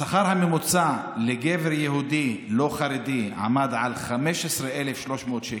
השכר הממוצע לגבר יהודי לא חרדי עמד על 15,300 שקל,